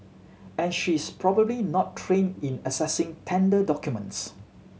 and she is probably not trained in assessing tender documents